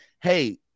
hey